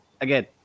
again